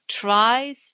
tries